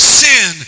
sin